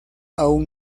aún